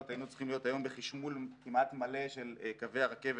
היינו צריכים להיות היום בחשמול כמעט מלא של קווי הרכבת,